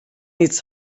its